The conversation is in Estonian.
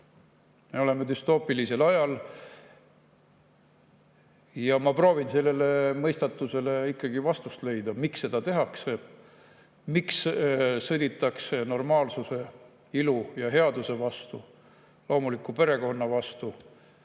Me elame düstoopilisel ajal. Ma olen proovinud sellele mõistatusele vastust leida, et miks seda tehakse. Miks sõditakse normaalsuse, ilu ja headuse vastu, loomuliku perekonna vastu,